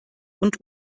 und